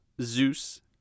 Zeus